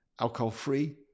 Alcohol-free